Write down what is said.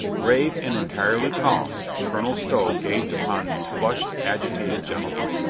grave and entirely calm, colonel stow gazed upon these flushed, agitated gentlemen.